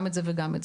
גם את זה וגם את זה.